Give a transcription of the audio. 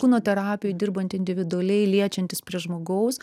kūno terapijoj dirbant individualiai liečiantis prie žmogaus